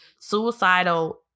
suicidal